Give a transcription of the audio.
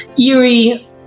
Eerie